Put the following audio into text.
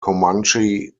comanche